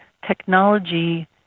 technology